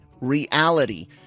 reality